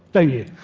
don't you?